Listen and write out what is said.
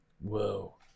Whoa